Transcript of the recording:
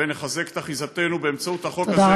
ונחזק את אחיזתנו באמצעות החוק הזה,